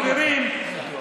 חברים,